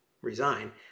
resign